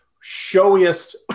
showiest